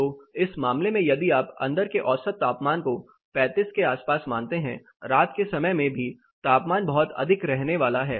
तो इस मामले में यदि आप अंदर के औसत तापमान को 35 के आसपास मानते हैं रात के समय में भी तापमान बहुत अधिक रहने वाला है